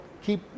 keep